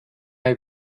pure